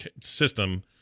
system